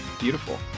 beautiful